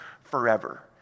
forever